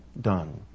done